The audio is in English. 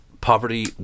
poverty